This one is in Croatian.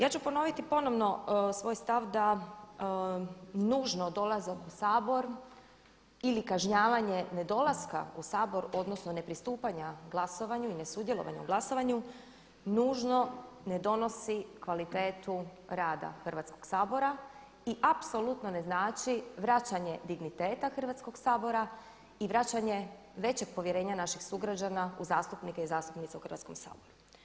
Ja ću ponoviti ponovno svoj stav da nužno dolazak u Sabor ili kažnjavanje nedolaska u Sabor odnosno ne pristupanja glasovanju i ne sudjelovanju u glasovanju nužno ne donosi kvalitetu rada Hrvatskog sabora i apsolutno ne znači vraćanje digniteta Hrvatskog sabora i vraćanje većeg povjerenja naših sugrađana u zastupnike i zastupnice u Hrvatskom saboru.